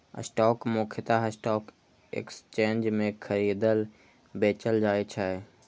stock मुख्यतः stock exchange मे खरीदल, बेचल जाइ छै